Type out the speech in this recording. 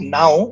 now